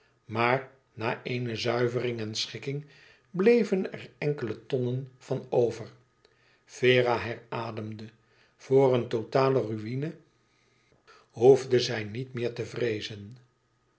maar na eene zuivering en schikking bleven er enkele tonnen van over vera herademde voor een totale ruïne behoefde zij niet meer te vreezen